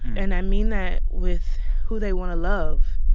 and i mean that with who they want to love,